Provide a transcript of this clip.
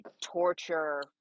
torture